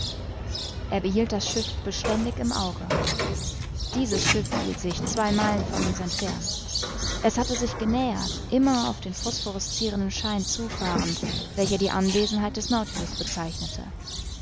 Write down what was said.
er behielt das schiff beständig im auge dieses schiff hielt sich zwei meilen von uns entfernt es hatte sich genähert immer auf den phosphorescirenden schein zufahrend welcher die anwesenheit des nautilus bezeichnete